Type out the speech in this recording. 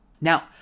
Now